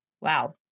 Wow